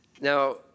Now